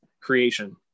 creation